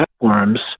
platforms